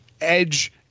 Edge